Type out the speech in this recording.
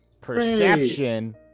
Perception